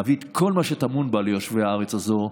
להביא את כל מה שטמון בה ליושבי הארץ הזאת.